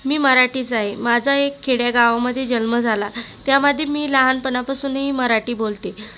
मी मराठीच आहे माझा एका खेडेगावामध्ये जन्म झाला त्यामध्ये मी लहानपणापासून ही मराठी बोलते